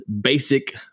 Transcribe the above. basic